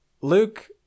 Luke